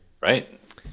right